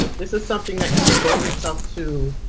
this is something that you devote yourself to.